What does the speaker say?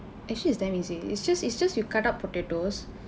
actually is damn easy it's just it's just you cut up potatoes